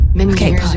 Okay